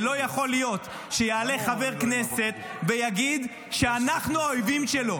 ולא יכול להיות שיעלה חבר כנסת ויגיד שאנחנו האויבים שלו.